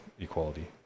equality